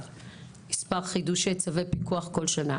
מספר חידושי צווי פיקוח כל שנה.